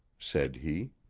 said he.